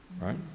right